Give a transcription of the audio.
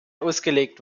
ausgelegt